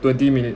twenty minute